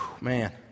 Man